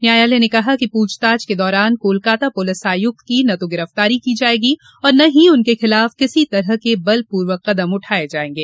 न्यायालय ने कहा कि पूछताछ के दौरान कोलकाता पुलिस आयुक्त की न तो गिरफ्तारी की जाएगी और न ही उनके खिलाफ किसी तरह के बलपूर्वक कदम उठाये जाएंगे